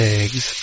eggs